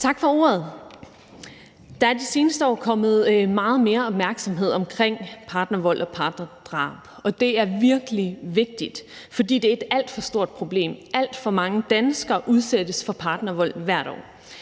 Tak for ordet. Der er i de seneste år kommet meget mere opmærksomhed omkring partnervold og partnerdrab, og det er virkelig vigtigt, fordi det er et alt for stort problem. Alt mange danskere udsættes for partnervold hvert år.